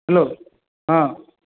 hello ହଁ